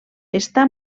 està